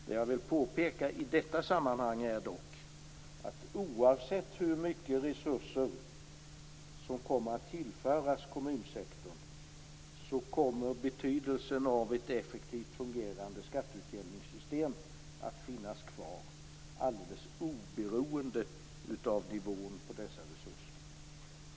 Det jag vill påpeka i detta sammanhang är dock att oavsett hur mycket resurser som tillförs kommunsektorn kommer betydelsen av ett effektivt fungerande skatteutjämningssystem att finnas kvar, alldeles oberoende av nivån på dessa resurser.